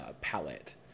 palette